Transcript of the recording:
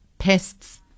Pests